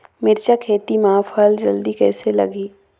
मिरचा खेती मां फल जल्दी कइसे लगही?